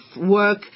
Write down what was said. work